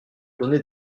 donner